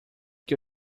que